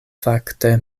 fakte